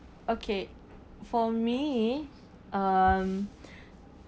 okay for me um